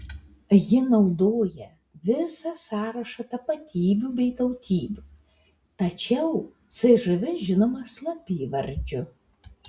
ji naudoja visą sąrašą tapatybių bei tautybių tačiau cžv žinoma slapyvardžiu